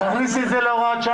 הקריאי את זה.